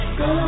go